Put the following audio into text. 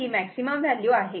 ही maximum value आहे